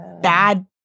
bad